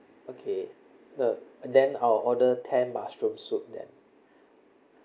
okay uh then I'll order ten mushroom soup then